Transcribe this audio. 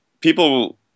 people